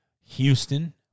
Houston